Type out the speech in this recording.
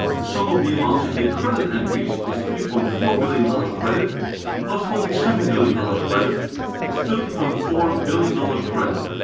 the sum of the amounts in the credit entries is three point four billion dollars credit but twenty seven billion dollars credit thirty point four billion dollars credit.